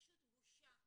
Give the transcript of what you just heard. פשוט בושה.